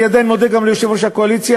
אני מודה גם ליושב-ראש הקואליציה